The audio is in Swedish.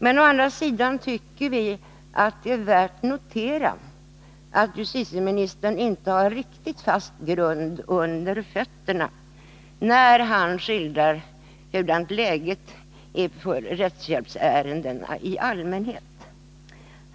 Men å andra sidan tycker vi att att det är värt att notera att justitieministern inte har riktigt fast grund under fötterna när han skildrar hur läget är beträffande rättshjälpsärendena i allmänhet.